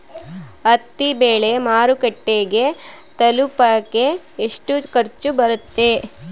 ಹತ್ತಿ ಬೆಳೆ ಮಾರುಕಟ್ಟೆಗೆ ತಲುಪಕೆ ಎಷ್ಟು ಖರ್ಚು ಬರುತ್ತೆ?